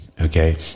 Okay